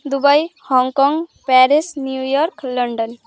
Dubai Hong Kong Paris New York London